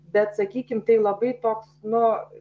bet sakykim tai labai toks nu